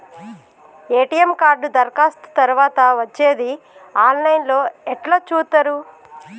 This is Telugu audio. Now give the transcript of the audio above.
ఎ.టి.ఎమ్ కార్డు దరఖాస్తు తరువాత వచ్చేది ఆన్ లైన్ లో ఎట్ల చూత్తరు?